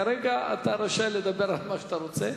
כרגע אתה רשאי לדבר על מה שאתה רוצה.